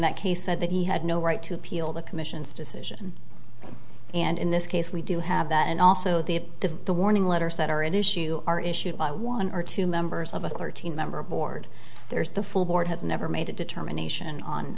that case said that he had no right to appeal the commission's decision and in this case we do have that and also the the the warning letters that are at issue are issued by one or two members of a thirteen member board there's the full board has never made a determination on